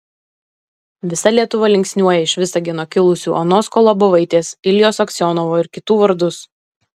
visa lietuva linksniuoja iš visagino kilusių onos kolobovaitės iljos aksionovo ir kitų vardus